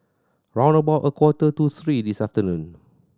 round about a quarter to three this afternoon